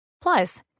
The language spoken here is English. Plus